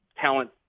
talent